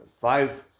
five